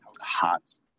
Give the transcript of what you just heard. hot